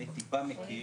אני טיפה מכיר,